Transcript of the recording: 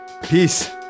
Peace